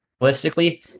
realistically